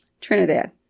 Trinidad